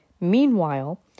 Meanwhile